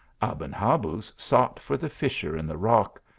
aben habuz sought for the fissure in the rock,